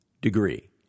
degree